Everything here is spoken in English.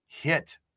hit